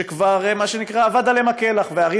שכבר מה שנקרא אבד עליהם כלח: ערים